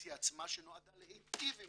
במדיקליזציה עצמה שנועדה להיטיב עם